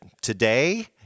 today